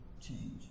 change